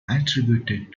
attributed